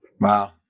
Wow